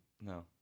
No